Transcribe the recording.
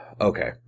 Okay